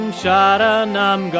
sharanam